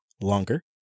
longer